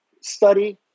study